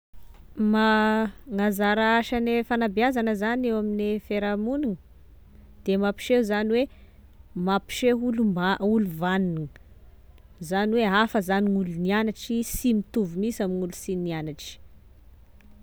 Ma- gn'anzara asane fagnabeazany zany ame fiarahamogniny, de mampiseho zany hoe mampiseho olomb- olombanona zany hoe hafa zany gn'olo niagnatry sy mitovy minsy amign'olo sy nianatry.